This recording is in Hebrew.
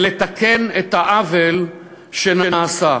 ולתקן את העוול שנעשה.